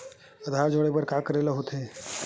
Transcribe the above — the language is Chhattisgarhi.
आधार जोड़े बर का करे ला होथे?